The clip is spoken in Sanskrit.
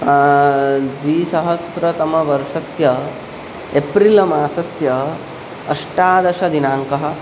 द्विसहस्रतमवर्षस्य एप्रिल मासस्य अष्टादशदिनाङ्कः